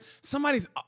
somebody's